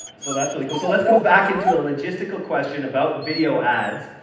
so that's really cool. so let's go back into a logistical question about video ads,